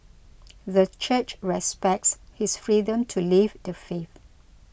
the Church respects his freedom to leave the faith